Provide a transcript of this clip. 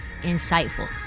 insightful